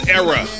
era